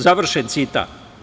Završen citat.